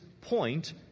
point